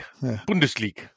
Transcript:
Bundesliga